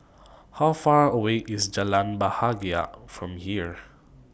How Far away IS Jalan Bahagia from here